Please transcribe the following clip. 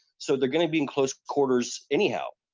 so they're going to be in close quarters anyhow.